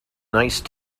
nice